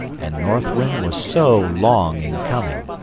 and north wind was so long in coming.